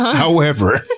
however,